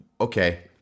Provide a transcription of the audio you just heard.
Okay